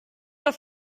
auf